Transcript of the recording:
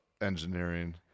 engineering